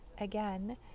again